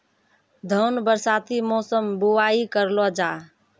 धान बरसाती मौसम बुवाई करलो जा?